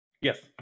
Yes